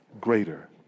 greater